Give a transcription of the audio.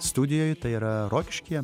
studijoj tai yra rokiškyje